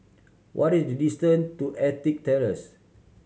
what is the distant to Ettrick Terrace